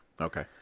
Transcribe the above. Okay